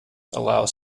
allows